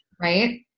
right